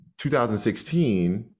2016